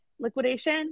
liquidation